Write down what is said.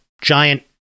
giant